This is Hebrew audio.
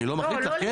אני לא מחליט לך,